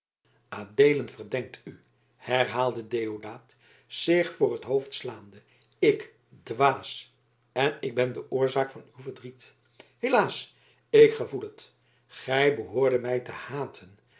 adeelen verdenkt u herhaalde deodaat zich voor t hoofd slaande ik dwaas en ik ben de oorzaak van uw verdriet helaas ik gevoel het gij behoordet mij te haten